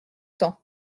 temps